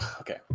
okay